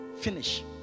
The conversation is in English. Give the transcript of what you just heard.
Finish